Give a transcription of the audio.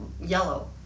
yellow